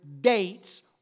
dates